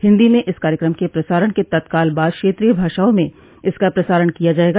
हिन्दी में इस कार्यक्रम के प्रसारण के तत्काल बाद क्षेत्रीय भाषाओं में इसका प्रसारण किया जायेगा